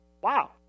Wow